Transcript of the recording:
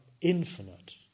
infinite